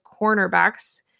cornerbacks